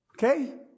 Okay